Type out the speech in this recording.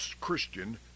Christian